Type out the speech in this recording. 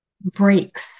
breaks